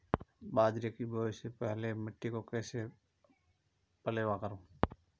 बाजरे की बुआई से पहले मिट्टी को कैसे पलेवा करूं?